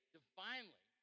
divinely